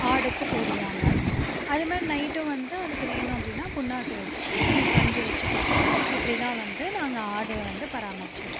ஆடுக்கு போடுவாங்க அது மாதிரி நைட்டு வந்து அதுக்கு வேணும்னால் புண்ணாக்கு வைச்சு கஞ்சி வைச்சு கொடுத்துருவோம் இப்படி தான் வந்து நாங்கள் ஆடு வந்து பராமரித்துட்டுருக்கோம்